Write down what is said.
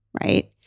right